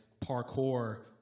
parkour